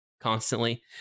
constantly